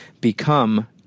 become